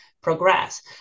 progress